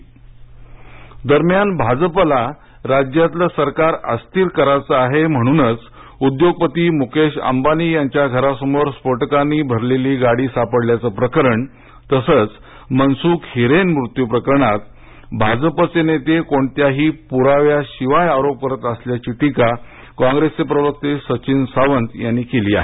सचिन सावंत दरम्यान भाजपाला राज्यातले सरकार अस्थिर करायचे आहे म्हणूनच उद्योगपती मुकेश अंबानी यांच्या घरासमोर स्फोटकांनी भरलेली गाडी सापडल्याचे प्रकरण तसेच मनसुख हिरेन मृत्यू प्रकरणात भाजपाचे नेते कोणत्याही प्राव्याशिवाय आरोप करत असल्याची टीका काँग्रेसचे प्रवक्ते सचिन सावंत यांनी केली आहे